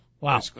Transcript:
Wow